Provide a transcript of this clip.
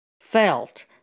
felt